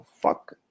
fuck